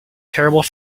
terrible